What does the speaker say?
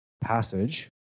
passage